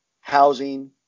housing